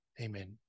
amen